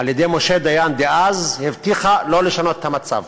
על-ידי משה דיין, אז, הבטיחה לא לשנות את המצב.